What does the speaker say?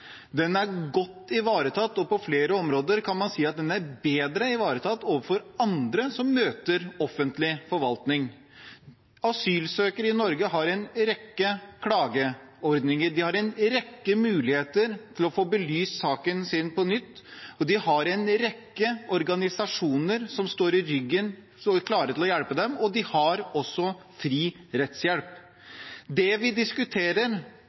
Den er godt ivaretatt og på flere områder kan man si at den er bedre ivaretatt enn for andre som møter offentlig forvaltning. Asylsøkere i Norge har en rekke klageordninger, de har en rekke muligheter til å få belyst saken sin på nytt, de har en rekke organisasjoner i ryggen klare til å hjelpe dem, og de har også fri rettshjelp. Det vi diskuterer